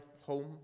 home